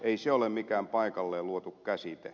ei se ole mikään paikalleen luotu käsite